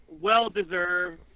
well-deserved